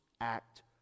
act